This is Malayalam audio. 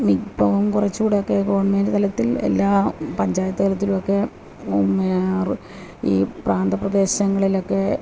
മിക്കപ്പോഴും കുറച്ചുകൂടെയൊക്കെ ഗവൺമെൻ്റ് തലത്തിൽ എല്ലാ പഞ്ചായത്ത് തലത്തിലും ഒക്കെ ഈ പ്രാന്തപ്രദേശങ്ങളിലൊക്കെ